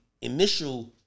initial